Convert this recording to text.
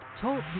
talk